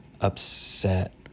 upset